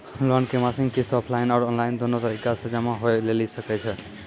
Loan के मासिक किस्त ऑफलाइन और ऑनलाइन दोनो तरीका से जमा होय लेली सकै छै?